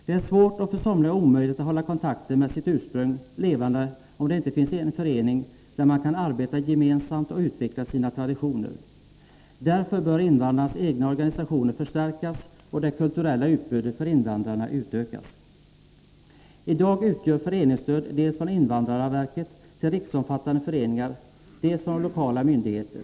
Det är svårt och för somliga omöjligt att hålla kontakten med sitt ursprung levande om det inte finns en förening där man kan arbeta gemensamt och utveckla sina traditioner. Därför bör invandrarnas egna organisationer förstärkas och det kulturella utbudet för invandrare utökas. I dag utgår föreningsstöd dels från invandrarverket till riksomfattande föreningar, dels från lokala myndigheter.